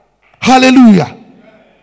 Hallelujah